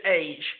age